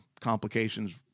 complications